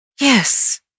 Yes